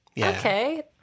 Okay